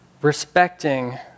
respecting